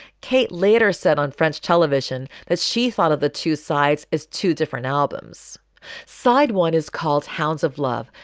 kate later said on french television that she thought of the two sides as two different albums side one is called hounds of love,